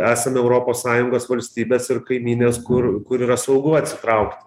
esame europos sąjungos valstybės ir kaimynės kur kur yra saugu atsitraukt